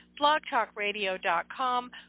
blogtalkradio.com